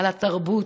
על התרבות,